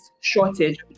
shortage